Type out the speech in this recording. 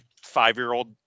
five-year-old